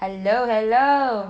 hello hello